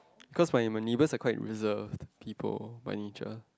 cause my my neighbors are quite reserved people by nature